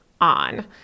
on